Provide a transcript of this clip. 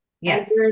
yes